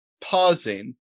pausing